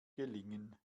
gelingen